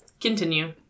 Continue